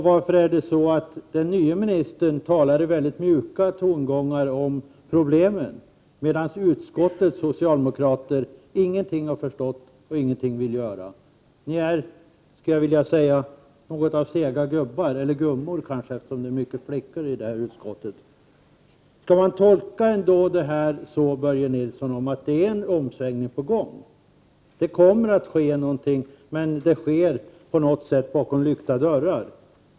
Varför talar den nya ministern med så mjuka tongångar om problemen, medan utskottets socialdemokrater ingenting har förstått och ingenting vill göra? Jag skulle vilja säga att ni är något slags sega gubbar eller gummor. Skall man tolka detta, Börje Nilsson, så att det är en omsvängning på gång? Det kommer att ske någonting, men det sker på något sätt bakom lyckta dörrar.